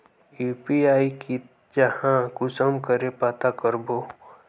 UPI की जाहा कुंसम करे पता करबो?